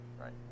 right